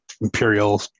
imperial